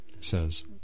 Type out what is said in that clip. says